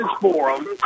Forum